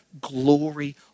glory